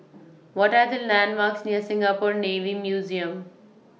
What Are The landmarks near Singapore Navy Museum